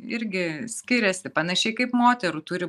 irgi skiriasi panašiai kaip moterų turi